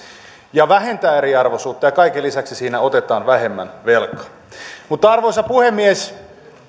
ja vähentää eriarvoisuutta ja kaiken lisäksi siinä otetaan vähemmän velkaa arvoisa puhemies